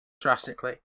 drastically